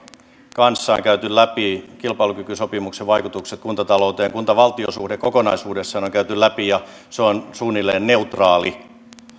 kanssa on käyty läpi kilpailukykysopimuksen vaikutukset kuntatalouteen ja kunta valtio suhde kokonaisuudessaan on käyty läpi ja se on suunnilleen neutraali